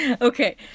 Okay